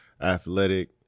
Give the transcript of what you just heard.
athletic